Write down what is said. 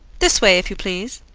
this way, if you please.